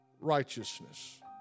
righteousness